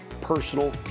personal